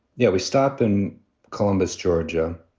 yeah we stop in columbus, georgia.